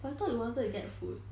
but I thought you wanted to get food